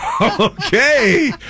Okay